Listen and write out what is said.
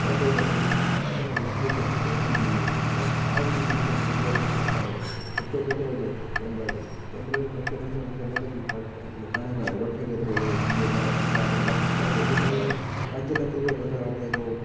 पंज ऑडर घटि में घटि पंद्रहं लख रुपया के ईअं मिली वियसि घणा साल में उन जी इंकम निकरी आयसि अगरि पंद्रहं लख ख़र्चो केतिरो थियो कैमरा जो कैमरे जो ख़र्चो न ईंदो हुनजी हिम्मत आहे कि हू आहियो वठे केतिरो थो टीह हज़ार पंजाह हज़ार लख रुपया वधीक हलो पंज लख रुपया कैमरा वठे थो